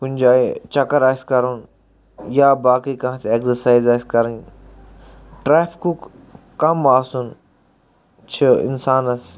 کُنہِ جاے چَکر آسہِ کَرُن یا باقٕے کانٛہہ تہِ ایٚکزَرسایِز آسہِ کَرٕنۍ ٹرٛیفکُک کَم آسُن چھُ اِنسانَس